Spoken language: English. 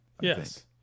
Yes